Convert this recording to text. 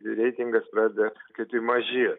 ir reitingas pradeda kaip tik mažėt